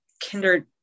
kindred